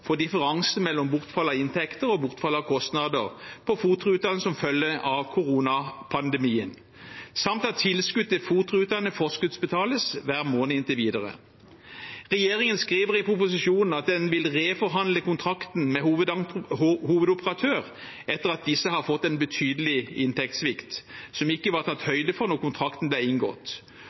for differensen mellom bortfall av inntekter og bortfall av kostnader på FOT-rutene som følge av koronapandemien, samt at tilskudd til FOT-rutene forskuddsbetales hver måned inntil videre. Regjeringen skriver i proposisjonen at den vil reforhandle kontrakten med hovedoperatør etter at denne har fått en betydelig inntektssvikt, som det ikke var tatt høyde for da kontrakten ble inngått.